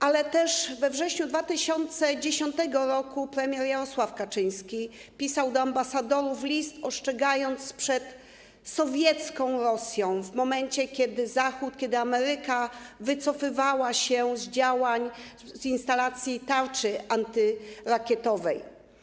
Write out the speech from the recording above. Ale też we wrześniu 2010 r. premier Jarosław Kaczyński pisał do ambasadorów list, ostrzegając przed sowiecką Rosją, w momencie kiedy Zachód, kiedy Ameryka wycofywała się z działań w zakresie instalacji tarczy antyrakietowej.